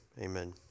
Amen